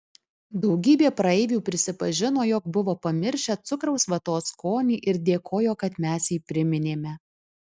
daugybė praeivių prisipažino jog buvo pamiršę cukraus vatos skonį ir dėkojo kad mes jį priminėme